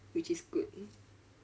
which is good